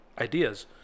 ideas